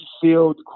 field